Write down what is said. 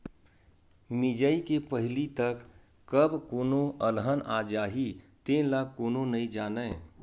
मिजई के पहिली तक कब कोनो अलहन आ जाही तेन ल कोनो नइ जानय